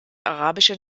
arabische